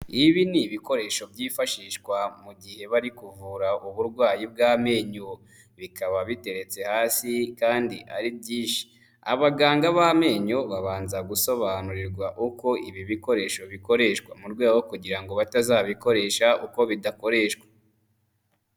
Ibi ni ibikoresho byifashishwa mu gihe bari kuvura uburwayi bw'amenyo, bikaba biteretse hasi kandi ari byinshi. Abaganga b'amenyo babanza gusobanurirwa uko ibi bikoresho bikoreshwa mu rwego kugira ngo batazabikoresha uko bidakoreshwa.